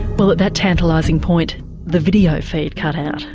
well at that tantalising point the video feed cut out,